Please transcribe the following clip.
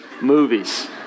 movies